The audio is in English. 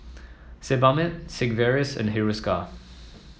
Sebamed Sigvaris and Hiruscar